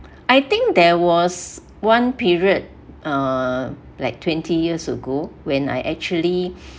I think there was one period uh like twenty years ago when I actually